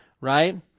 right